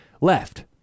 left